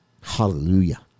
Hallelujah